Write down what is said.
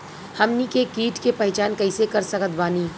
हमनी के कीट के पहचान कइसे कर सकत बानी?